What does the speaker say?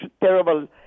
terrible